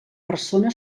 persona